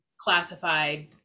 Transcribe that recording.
classified